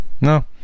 No